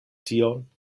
tion